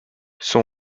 son